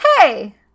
hey